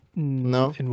No